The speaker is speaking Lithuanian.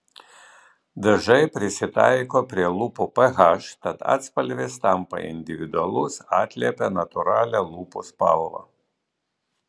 dažai prisitaiko prie lūpų ph tad atspalvis tampa individualus atliepia natūralią lūpų spalvą